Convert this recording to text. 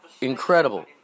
incredible